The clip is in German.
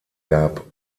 gab